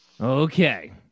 Okay